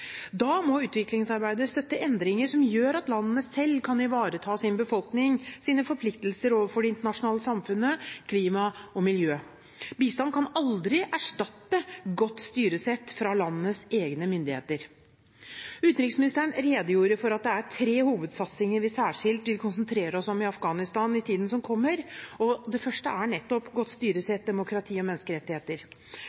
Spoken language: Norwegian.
Da må utviklingsarbeidet støtte endringer som gjør at landene selv kan ivareta sin befolkning og sine forpliktelser overfor det internasjonale samfunnet, klima og miljø. Bistand kan aldri erstatte godt styresett fra landenes egne myndigheter. Utenriksministeren redegjorde for at det er tre hovedsatsinger vi særskilt vil konsentrere oss om i Afghanistan i tiden som kommer, og den første er nettopp godt